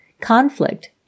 conflict